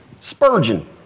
Spurgeon